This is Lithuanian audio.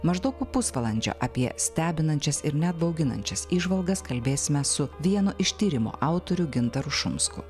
maždaug po pusvalandžio apie stebinančias ir net bauginančias įžvalgas kalbėsime su vienu iš tyrimo autorių gintaru šumsku